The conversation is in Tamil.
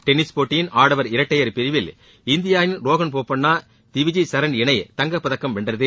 டென்னிஸ் போட்டியின் ஆடவர் இரட்டையர் பிரிவில் இந்தியாவின் ரோகன் போபண்ணா திவிஜி சரண் இணை தங்கப் பதக்கம் வென்றது